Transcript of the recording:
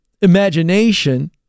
imagination-